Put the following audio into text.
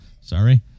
Sorry